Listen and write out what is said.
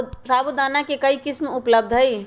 साबूदाना के कई किस्म उपलब्ध हई